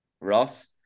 Ross